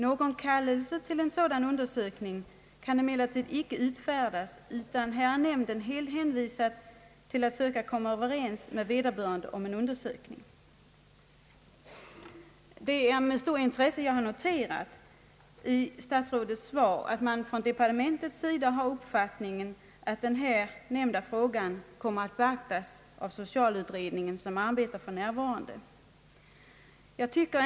Någon kallelse till sådan undersökning kan emellertid icke utfärdas utan här är nämnden helt hänvisad till att söka komma överens med vederbörande om en undersökning.» Det är med stort intresse jag i statsrådets svar noterar att departementet har den uppfattningen att den här nämnda frågan kommer att beaktas av socialutredningen, som för närvarande arbetar.